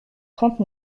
trente